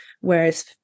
whereas